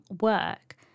work